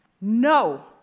no